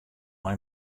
mei